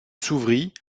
s’ouvrit